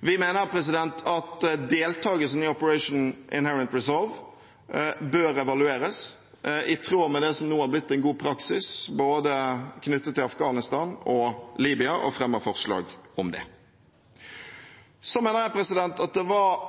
Vi mener at deltakelsen i Operation Inherent Resolve bør evalueres, i tråd med det som nå har blitt en god praksis knyttet til både Afghanistan og Libya, og fremmer forslag om det. Jeg mener at det var